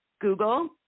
Google